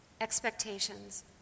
Expectations